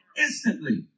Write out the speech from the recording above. instantly